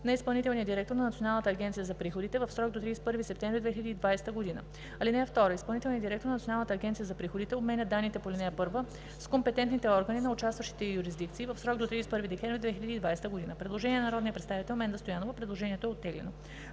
на изпълнителния директор на Националната агенция за приходите в срок до 30 септември 2020 г. (2) Изпълнителният директор на Националната агенция за приходите обменя данните по ал. 1 с компетентните органи на участващите юрисдикции в срок до 31 декември 2020 г.“ Предложение на народния представител Менда Стоянова. Предложението е оттеглено.